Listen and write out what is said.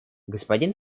господин